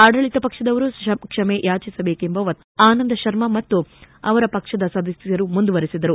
ಆಡಳಿತ ಪಕ್ಷದವರು ಕ್ಷಮೆಯಾಚಿಸಬೇಕೆಂಬ ಒತ್ತಾಯವನ್ನು ಆನಂದ ಶರ್ಮ ಮತ್ತು ಅವರ ಪಕ್ಷದ ಸದಸ್ಟರು ಮುಂದುವರೆಬಿದರು